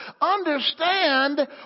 Understand